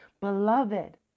beloved